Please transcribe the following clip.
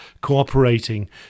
cooperating